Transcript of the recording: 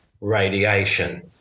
radiation